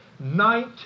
Night